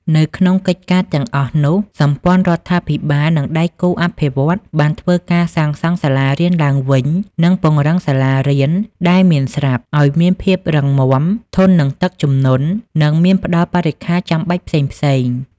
នៅក្នុងកិច្ចការទាំងអស់នោះ សម្ព័ន្ធរដ្ឋាភិបាល និងដៃគូអភិវឌ្ឍន៍បានធ្វើការសាងសង់សាលារៀនឡើងវិញ និងពង្រឹងសាលារៀនដែលមានស្រាប់ឱ្យមានភាពរឹងមាំ ធន់នឹងទឹកជំនន់ និងមានផ្តល់បរិក្ខារចាំបាច់ផ្សេងៗ។